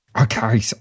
Okay